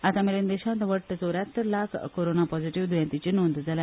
आता मेरेन देशांत वट्ट चोद्यात्तर लाख कोरोना पोजीटीव्ह दयेंतींची नोंद जाल्या